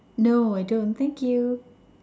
no I don't thank you